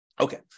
Okay